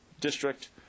district